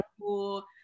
cool